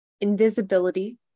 invisibility